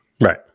Right